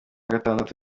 gatandatu